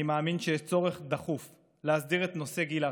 אני מאמין שיש צורך דחוף להסדיר את נושא הגיל הרך.